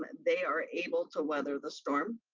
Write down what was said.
they are able to weather the storm.